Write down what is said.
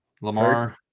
Lamar